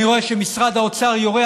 אני רואה שמשרד האוצר יורה,